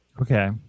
Okay